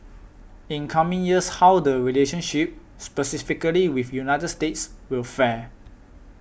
in coming years how the relationship specifically with United States will fare